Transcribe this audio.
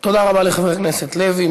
תודה רבה לחבר הכנסת לוי.